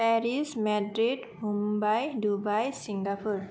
Paris Madrid Mumbai Dubai Singapore